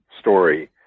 story